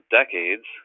decades